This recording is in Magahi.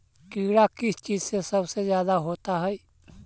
कीड़ा किस चीज से सबसे ज्यादा होता है?